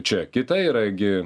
čia kita yra gi